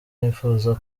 nifuza